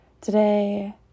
today